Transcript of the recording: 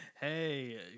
Hey